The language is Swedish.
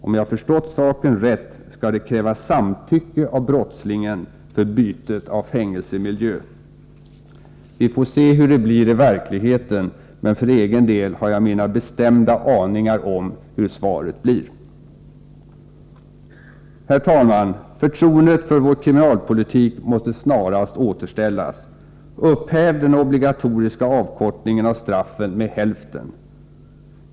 Om jag förstått saken rätt, skall det krävas samtycke av brottslingen för bytet av fängelsemiljö. Vi får se hur det blir med den saken, men jag har mina bestämda aningar. Herr talman! Förtroendet för vår kriminalpolitik måste snarast återställas. Den obligatoriska avkortningen av straffen med hälften måste upphävas.